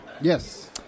Yes